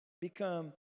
become